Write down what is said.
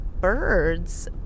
birds